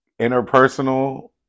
interpersonal